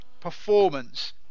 performance